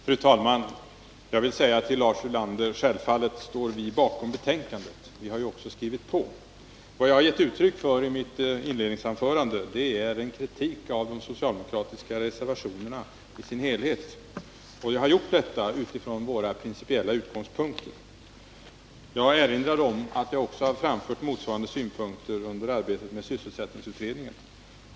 Fru talman! Jag vill säga till Lars Ulander att vi självfallet står bakom betänkandet. Vi har ju också skrivit på det. Vad jag har givit uttryck för i mitt inledningsanförande är en kritik av de socialdemokratiska reservationerna i deras helhet. Jag har gjort detta utifrån våra principiella utgångspunkter. Jag erinrar om att jag har framfört motsvarande synpunkter också under arbetet med sysselsättningsutredningen.